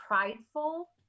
prideful